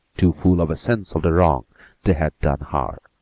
too full of a sense of the wrong they had done her,